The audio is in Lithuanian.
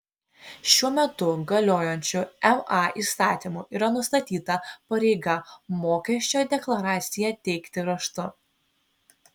šiuo metu galiojančiu ma įstatymu yra nustatyta pareiga mokesčio deklaraciją teikti raštu